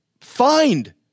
find